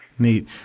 Neat